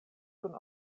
kun